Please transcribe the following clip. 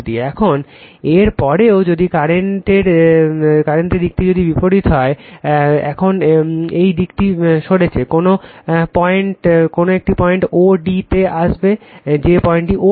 এখন এর পরেও যদি কারেন্টের দিকটি যদি বিপরীত হয় এখন এই দিকটি সরছে কোনো একটি পয়েন্ট o d তে আসবে যে এটি পয়েন্ট o d